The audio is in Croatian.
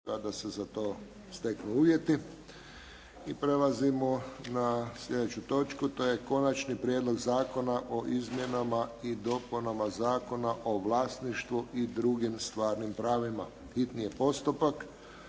**Friščić, Josip (HSS)** I prelazimo na sljedeću točku. To je: - Konačni prijedlog zakona o izmjenama i dopunama Zakona o vlasništvu i drugim stvarnim pravima, hitni postupak,